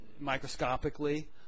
microscopically